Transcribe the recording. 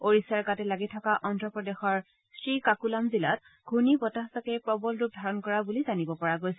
ওড়িষাৰ গাতে লাগি থকা অভ্ৰপ্ৰদেশৰ শ্ৰীকাকুলাম জিলাত ঘূৰ্ণী বতাহজাকে প্ৰবল ৰূপ ধাৰণ কৰা বুলি জানিব পৰা গৈছে